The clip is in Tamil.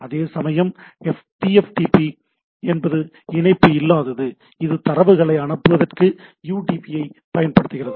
அதேசமயம் டிஎஃப்டிபி என்பது இணைப்பு இல்லாதது இது தரவுகளை அனுப்புவதற்கு யூடிபியைப் பயன்படுத்துகிறது